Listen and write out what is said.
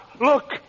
Look